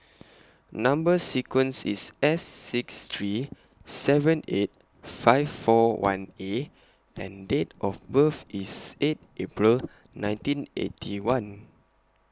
Number sequence IS S six three seven eight five four one A and Date of birth IS eight April nineteen Eighty One